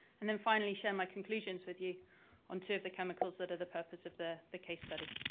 and then finally share my conclusions with you on two of the chemicals that are the purpose of the the case study.